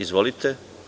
Izvolite.